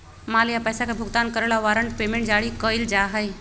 माल या पैसा के भुगतान करे ला वारंट पेमेंट जारी कइल जा हई